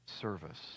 service